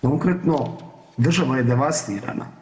Konkretno država je devastirana.